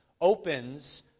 opens